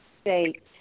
state